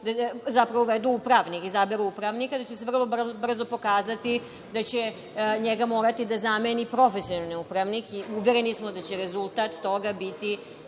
članu, i uvedu profesionalnog upravnika da će se vrlo brzo pokazati da će njega morati da zameni profesionalni upravnik i uvereni smo da će rezultat toga biti